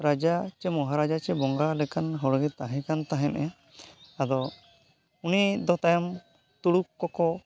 ᱨᱟᱡᱟ ᱥᱮ ᱢᱚᱦᱟᱨᱟᱡᱟ ᱥᱮ ᱵᱚᱸᱜᱟ ᱞᱮᱠᱟᱱ ᱦᱚᱲᱜᱮ ᱛᱟᱦᱮᱸ ᱠᱟᱱ ᱛᱟᱦᱮᱸᱫᱼᱮ ᱟᱫᱚ ᱩᱱᱤ ᱫᱚ ᱛᱟᱭᱚᱢ ᱛᱩᱲᱩᱠ ᱠᱚᱠᱚ